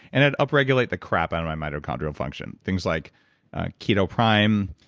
and i'd up regulate the crap out of my mitochondrial function, things like ketoprime,